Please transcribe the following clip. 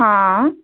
हां